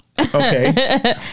Okay